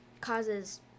causes